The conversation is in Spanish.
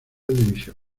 división